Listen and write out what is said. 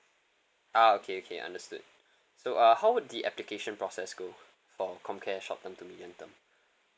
ah okay okay understood so uh how would the application process go for comcare short term to medium term